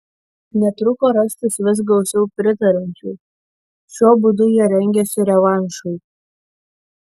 netruko rastis vis gausiau pritariančių šiuo būdu jie rengėsi revanšui